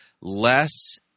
less